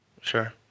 Sure